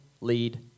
lead